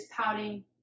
pouting